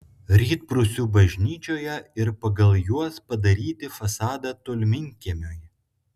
rytprūsių bažnyčioje ir pagal juos padaryti fasadą tolminkiemiui